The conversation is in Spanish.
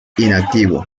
inactivo